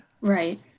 Right